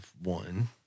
one